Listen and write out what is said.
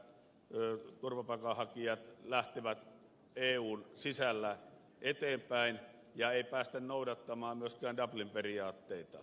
käytännössä turvapaikanhakijat lähtevät eun sisällä eteenpäin eikä päästä noudattamaan myöskään dublin periaatteita